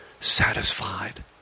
satisfied